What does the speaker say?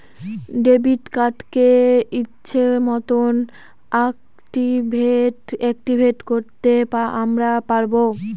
debit কার্ডকে ইচ্ছে মতন অ্যাকটিভেট করতে আমরা পারবো